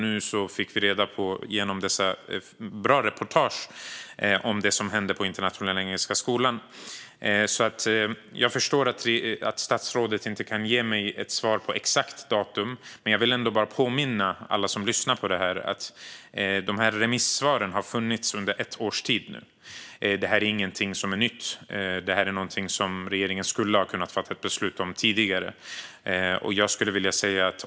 Nu fick vi genom dessa bra reportage reda på det som hände på Internationella Engelska Skolan. Jag förstår att statsrådet inte kan ge mig ett svar med ett exakt datum. Men jag vill påminna alla som lyssnar på detta att remissvaren nu har funnits under ett års tid. Det är ingenting som är nytt. Det är någonting som regeringen skulle ha kunnat fatta beslut om tidigare.